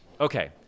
Okay